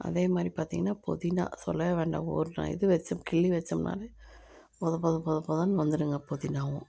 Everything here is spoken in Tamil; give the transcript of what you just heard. அதேமாதிரி பார்த்திங்கன்னா புதினா சொல்லவே வேண்டாம் ஒரு நான் இது வச்சு கிள்ளி வச்சோம்னாலே பொத பொத பொத பொதன்னு வந்துருங்க புதினாவும்